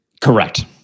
correct